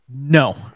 No